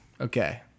Okay